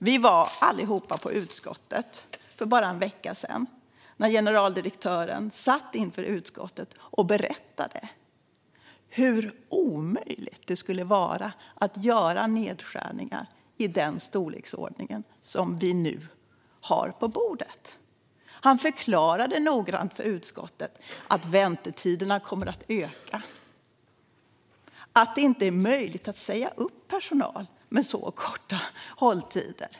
Vi var allihop i utskottet för bara en vecka sedan, då generaldirektören satt inför utskottet och berättade hur omöjligt det skulle vara att göra nedskärningar i den storleksordning vi nu har på bordet. Han förklarade noggrant för utskottet att väntetiderna kommer att öka och att det inte är möjligt att säga upp personal med så korta hålltider.